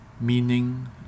meaning